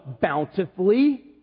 bountifully